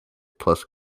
plus